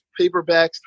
paperbacks